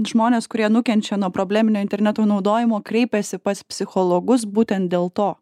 žmonės kurie nukenčia nuo probleminio interneto naudojimo kreipiasi pas psichologus būtent dėl to